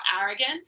arrogant